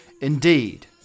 Indeed